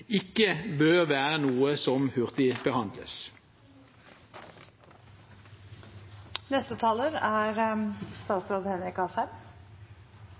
ikke bør være noe som hurtigbehandles. Det fremmede representantforslaget er